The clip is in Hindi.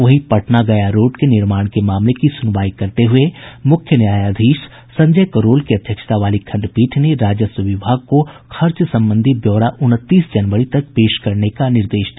वहीं पटना गया रोड के निर्माण के मामले की सुनवाई करते हुये मुख्य न्यायाधीश संजय करोल की अध्यक्षता वाली खंडपीठ ने राजस्व विभाग को खर्च संबंधी ब्यौरा उनतीस जनवरी को पेश करने का निर्देश दिया